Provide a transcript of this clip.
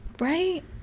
right